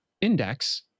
index